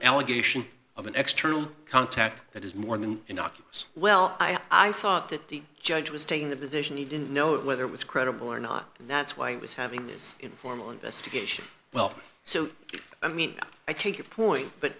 allegation of an external contact that is more than innocuous well i thought that the judge was taking the position he didn't know whether it was credible or not and that's why he was having this informal investigation well so i mean i take it point but